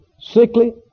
sickly